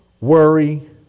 worry